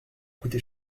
coûté